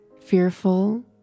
fearful